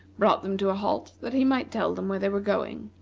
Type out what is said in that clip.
brought them to a halt that he might tell them where they were going.